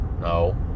No